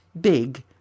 big